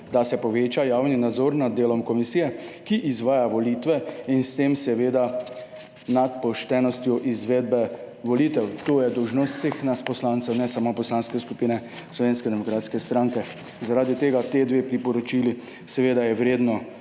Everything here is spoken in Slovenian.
da se poveča javni nadzor nad delom komisije, ki izvaja volitve in s tem seveda nad poštenostjo izvedbe volitev. To je dolžnost vseh nas poslancev, ne samo Poslanske skupine Slovenske demokratske stranke. Zaradi tega ti dve priporočili seveda je vredno